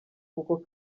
kuko